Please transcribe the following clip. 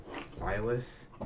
Silas